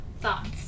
thoughts